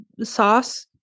sauce